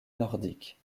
nordique